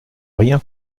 rien